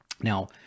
Now